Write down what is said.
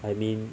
I mean